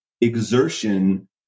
exertion